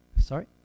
Sorry